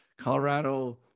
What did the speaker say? Colorado